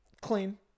clean